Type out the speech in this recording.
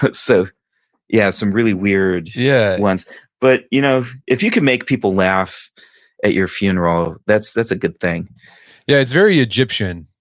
but so yeah, some really weird yeah ones. but, but, you know if you can make people laugh at your funeral that's that's a good thing yeah, it's very egyptian.